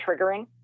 triggering